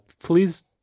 please